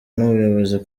n’ubuyobozi